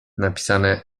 napisane